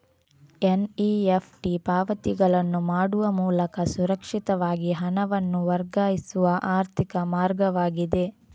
NEFT ಪಾವತಿಗಳನ್ನು ಮಾಡುವ ಮೂಲಕ ಸುರಕ್ಷಿತವಾಗಿ ಹಣವನ್ನು ವರ್ಗಾಯಿಸುವ ಆರ್ಥಿಕ ಮಾರ್ಗವಾಗಿದೆ